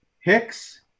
Hicks –